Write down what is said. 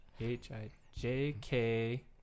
H-I-J-K